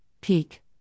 peak